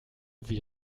wie